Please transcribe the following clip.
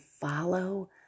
follow